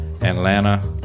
Atlanta